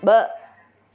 ब॒